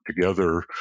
together